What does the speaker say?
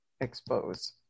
expose